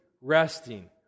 resting